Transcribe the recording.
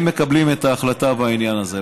הם מקבלים את ההחלטה בעניין הזה.